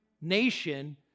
nation